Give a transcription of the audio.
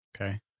Okay